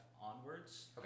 onwards